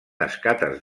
escates